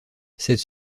cette